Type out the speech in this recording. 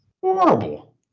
horrible